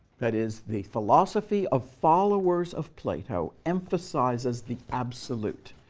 that is, the philosophy of followers of plato emphasizes the absolute,